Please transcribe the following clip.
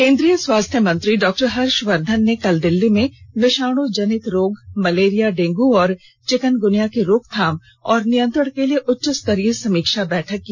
केन्द्रीय स्वास्थ्य मंत्री डॉक्टर हर्षवर्धन ने कल दिल्ली में विषाणु जनित रोग मलेरिया डेंगू और चिकनग्निया की रोकथाम और नियंत्रण के लिए उच्चस्तरीय समीक्षा बैठक की